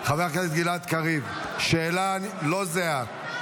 חבר הכנסת גלעד קריב, שאלה לא זהה.